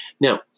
Now